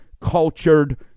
cultured